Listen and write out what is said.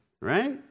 right